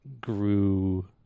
grew